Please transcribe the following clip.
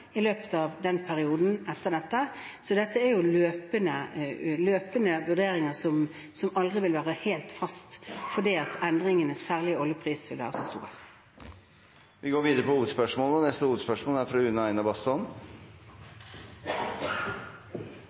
i løpet av perioden etter dette. Så dette er løpende vurderinger som aldri vil ligge helt fast, fordi endringene, særlig i oljepris, vil være så store. Vi går videre til neste hovedspørsmål. Vi skal over til noe veldig grunnleggende og